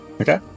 Okay